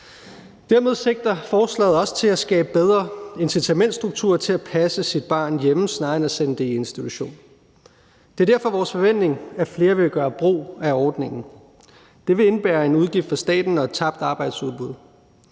Dermed sigter forslaget også mod at skabe bedre incitamentsstrukturer til at passe sit barn hjemme snarere end at sende det i institution. Det er derfor vores forventning, at flere vil gøre brug af ordningen. Det vil indebære en udgift for staten og tabt arbejdsudbud.